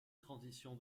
transition